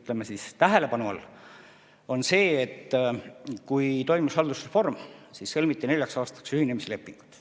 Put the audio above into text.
ütleme siis, tähelepanu all. See on see, et kui toimus haldusreform, siis sõlmiti neljaks aastaks ühinemislepingud